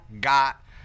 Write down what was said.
got